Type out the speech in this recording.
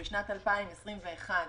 שבשנת 2021,